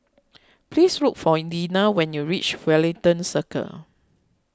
please look for Dina when you reach Wellington Circle